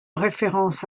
référence